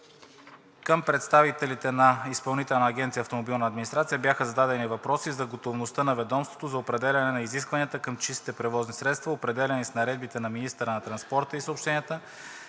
Към представителите на Изпълнителна агенция „Автомобилна администрация“ бяха зададени въпроси за готовността на ведомството за определяне на изискванията към чистите превозни средства, определяни с наредба на министъра на транспорта и съобщенията,